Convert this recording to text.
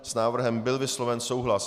S návrhem byl vysloven souhlas.